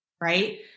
right